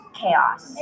chaos